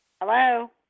Hello